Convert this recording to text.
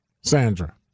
Sandra